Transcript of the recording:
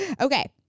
okay